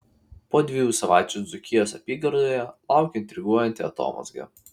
po dviejų savaičių dzūkijos apygardoje laukia intriguojanti atomazga